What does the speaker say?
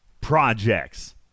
projects